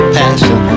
passion